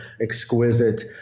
exquisite